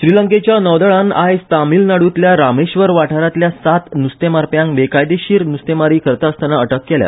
श्रीलंकेच्या नौदळान आज तामीळनाडूंतल्या रामेश्वरम वाठारांतल्या सात नुस्तेमारप्यांक बेकायदेशीर नुस्तेमारी करतासतना अटक केल्या